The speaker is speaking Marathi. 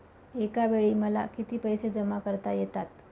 एकावेळी मला किती पैसे जमा करता येतात?